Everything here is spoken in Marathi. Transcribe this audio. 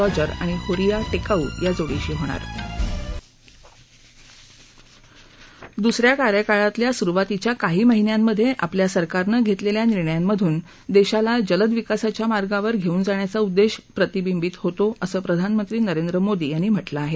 रॉजर आणि होरिया टेकाऊ या जोडीशी होणार दुसऱ्या कार्यकाळातल्या सुरुवातीच्या काही महिन्यांमधे आपल्या सरकारनं घेतलेल्या निर्णयांमधून देशाला जलद विकासाच्या मार्गावर घेऊन जाण्याचा उद्देश प्रतिबिंबित होतो असं प्रधानमंत्री नरेंद्र मोदी यांनी म्हटलं आहे